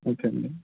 okay అండి